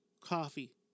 coffee